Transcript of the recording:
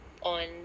on